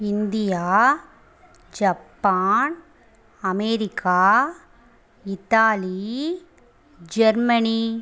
India Japan America Italy Germany